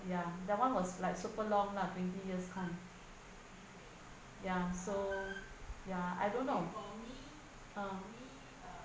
ya that one was like super long lah twenty years time ya so ya I don't know